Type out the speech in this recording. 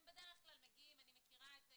אתם בדרך כלל מגיעים אני מכירה את זה,